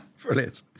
Brilliant